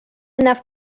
enough